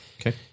Okay